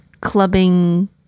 clubbing